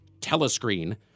telescreen